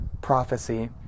prophecy